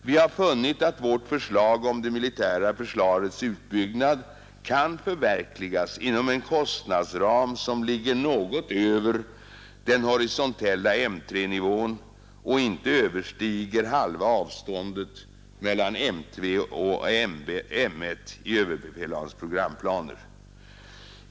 Vi har funnit att vårt förslag om det militära försvarets uppbyggnad kan förverkligas inom en kostnadsram som ligger något över den horisontella M 1-nivån och icke överstiger halva avståndet mellan M 2 och M 3 i överbefälhavarens programplaner.